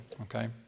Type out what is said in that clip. okay